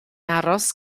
aros